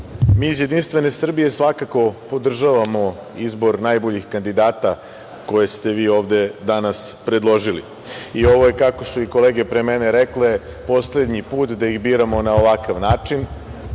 iz Jedinstvene Srbije podržavamo izbor najboljih kandidata koje ste vi ovde danas predložili. Ovo je i kako su kolege pre mene rekle poslednji put da ih biramo na ovakav način.